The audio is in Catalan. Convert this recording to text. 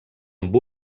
amb